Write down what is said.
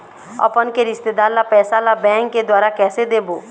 अपन के रिश्तेदार ला पैसा ला बैंक के द्वारा कैसे देबो?